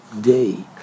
day